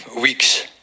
weeks